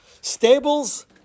stables